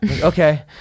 Okay